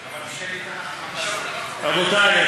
רבותי,